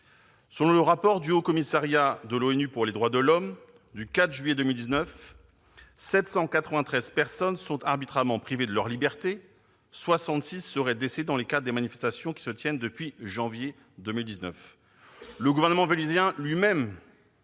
Selon le rapport du Haut-Commissariat de l'ONU aux droits de l'homme du 4 juillet 2019, 793 personnes sont arbitrairement privées de leur liberté, et 66 autres seraient décédées lors des manifestations qui se tiennent depuis janvier 2019. Le gouvernement vénézuélien lui-même-